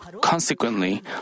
Consequently